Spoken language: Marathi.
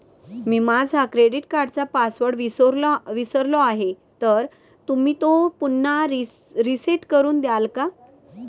मी माझा क्रेडिट कार्डचा पासवर्ड विसरलो आहे तर तुम्ही तो पुन्हा रीसेट करून द्याल का?